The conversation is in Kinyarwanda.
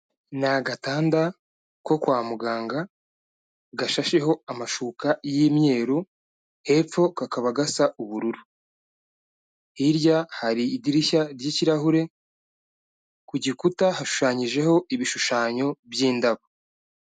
Ni agatanda ko kwa muganga, gashasheho amashuka y'imyeru hepfo kakaba gasa ubururu, hirya hari idirishya ry'ikirahure, ku gikuta hashushanyijeho ibishushanyo by'indabo.